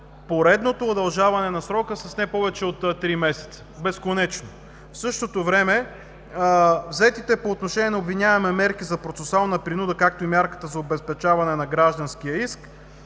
поредното удължаване на срока с не повече от три месеца. Безконечно! В същото време взетите по отношение на обвиняемия мерки за процесуална принуда, както и мярката за обезпечаване на гражданския иск